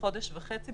חודש וחצי,